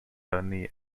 only